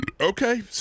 Okay